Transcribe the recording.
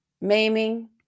maiming